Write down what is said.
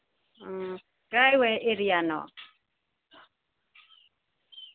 ꯑꯥ ꯀꯗꯥꯏꯋꯥꯏ ꯑꯦꯔꯤꯌꯥꯅꯣ